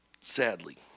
sadly